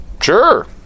Sure